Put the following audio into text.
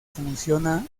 funciona